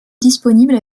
disponibles